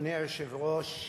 אדוני היושב-ראש,